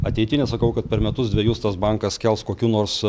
ateity nesakau kad per metus dvejus tas bankas kels kokių nors